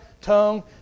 tongue